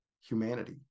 humanity